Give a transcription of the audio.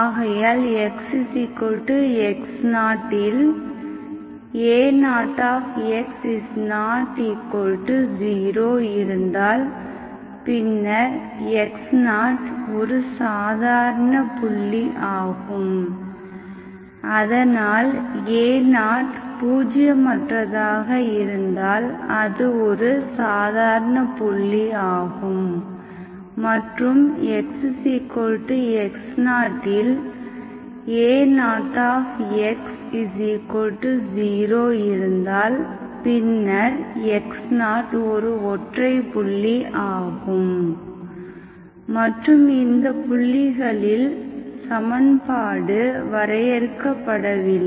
ஆகையால் xx0இல் a0x≠0 இருந்தால் பின்னர் x0 ஒரு சாதாரண புள்ளி ஆகும் அதனால் a0 பூஜ்யமற்றதாக இருந்தால் அது ஒரு சாதாரண புள்ளி ஆகும் மற்றும் xx0இல் a0x0 இருந்தால் பின்னர் x0 ஒரு ஒற்றை புள்ளி ஆகும் மற்றும் இந்த புள்ளிகளில் சமன்பாடு வரையறுக்கப்படவில்லை